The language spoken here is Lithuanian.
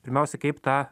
pirmiausia kaip tą